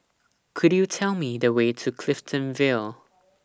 Could YOU Tell Me The Way to Clifton Vale